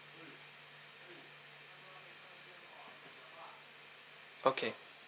okay